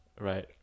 right